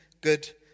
good